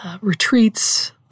retreats